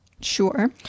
sure